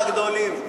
על הגדולים.